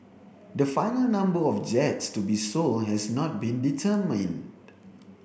the final number of jets to be sold has not been determined